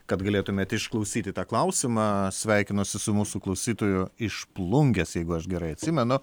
kad galėtumėt išklausyti tą klausimą sveikinuosi su mūsų klausytoju iš plungės jeigu aš gerai atsimenu